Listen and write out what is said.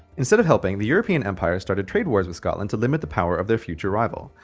instead of helping, the european empires started trade wars with scotland to limit the power of their future rival.